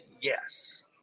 yes